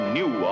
new